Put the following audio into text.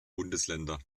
bundesländer